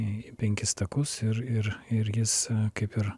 į į penkis takus ir ir ir jis kaip ir